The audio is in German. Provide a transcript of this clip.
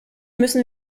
müssen